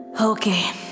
Okay